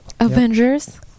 Avengers